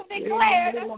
declared